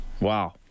wow